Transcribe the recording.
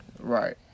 Right